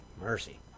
mercy